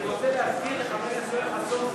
אני רוצה להזכיר לחבר הכנסת חסון,